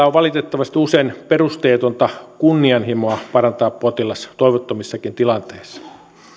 on valitettavasti usein perusteetonta kunnianhimoa parantaa potilas toivottomissakin tilanteissa